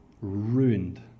ruined